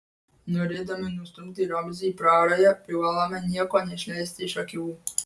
norėdami nustumti ramzį į prarają privalome nieko neišleisti iš akių